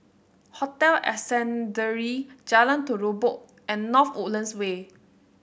Hotel Ascendere Jalan Terubok and North Woodlands Way